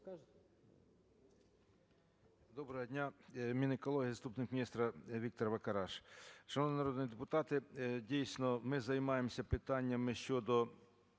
Доброго дня! Мінекологія, заступник міністра Віктор Вакараш. Шановний народний депутате, дійсно, ми займаємося питаннями щодо